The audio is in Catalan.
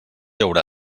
haurà